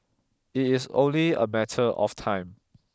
it is only a matter of time